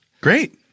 Great